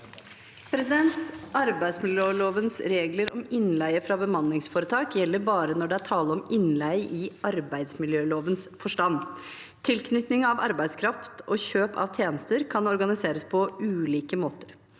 Arbeidsmiljølov- ens regler om innleie fra bemanningsforetak gjelder bare når det er tale om innleie i arbeidsmiljølovens forstand. Tilknytning av arbeidskraft og kjøp av tjenester kan organiseres på ulike måter.